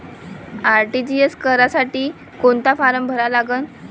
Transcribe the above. RTGS करासाठी कोंता form भरा लागन?